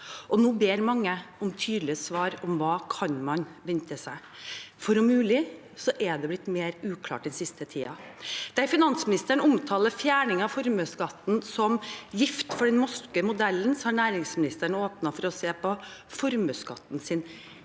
nå ber mange om tydelige svar på hva man kan vente seg, for om mulig er det blitt mer uklart den siste tiden. Der finansministeren omtaler fjerning av formuesskatten som gift for den norske modellen, har næringsministeren åpnet for å se på formuesskattens